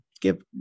give